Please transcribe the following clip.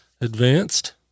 Advanced